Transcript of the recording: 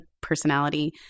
personality